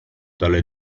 dalle